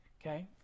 okay